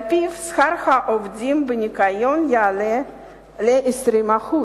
שעל-פיו שכר העובדים בניקיון יעלה ב-20%,